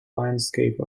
landscape